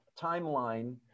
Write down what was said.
timeline